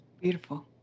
Beautiful